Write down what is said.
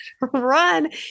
run